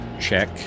check